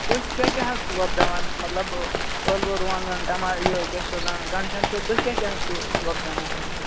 تُہۍ کیٛاہ کیٛاہ حظ چھُو وۄبداوان مطلب ٲلوٕ رُوانٛگن ٹما یہِ کیٛاہ چھِ گنٛڈٕ شنٛڈٕ چھِو تُہۍ کیٛاہ کیٛاہ حظ چھُو وۄبداوان حظ